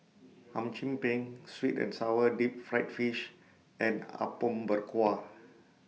Hum Chim Peng Sweet and Sour Deep Fried Fish and Apom Berkuah